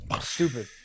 Stupid